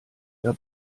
der